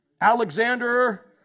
Alexander